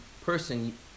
person